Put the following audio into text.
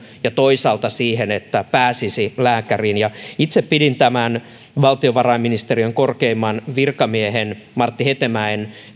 ja toisaalta siihen että pääsisi lääkäriin itse pidin tämän valtiovarainministeriön korkeimman virkamiehen martti hetemäen